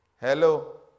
Hello